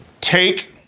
Take